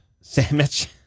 sandwich